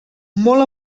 molt